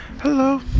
hello